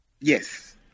Yes